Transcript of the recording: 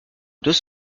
deux